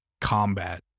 combat